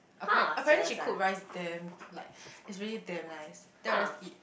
apparent~ apparently she cooks rice damn like it's really damn nice then I'll just eat